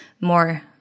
more